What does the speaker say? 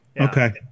okay